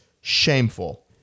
shameful